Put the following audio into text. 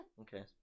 Okay